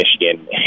Michigan